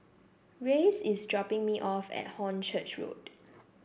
Reyes is dropping me off at Hornchurch Road